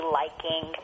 liking